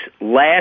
last